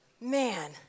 man